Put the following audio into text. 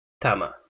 Tama